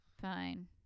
Fine